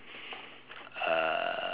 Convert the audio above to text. uh